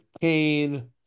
Kane